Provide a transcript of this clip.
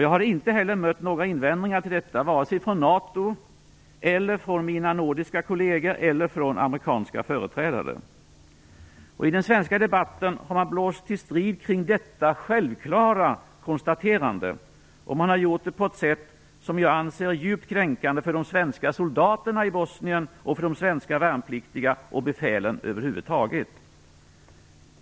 Jag har inte heller mött några invändningar mot detta vare sig från NATO, från mina nordiska kolleger eller från amerikanska företrädare. I den svenska debatten har man blåst till strid kring detta självklara konstaterande, och man har gjort det på ett sätt som jag anser vara djupt kränkande för de svenska soldaterna i Bosnien och för svenska värnpliktiga och befäl över huvud taget.